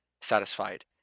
satisfied